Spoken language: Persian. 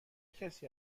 کسی